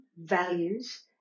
values